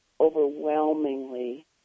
overwhelmingly